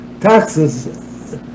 taxes